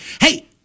Hey